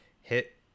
hit